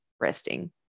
resting